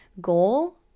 goal